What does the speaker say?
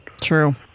True